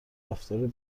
رفتار